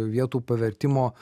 vietų pavertimo